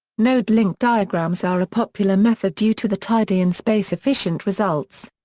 node-link diagrams are a popular method due to the tidy and space-efficient results.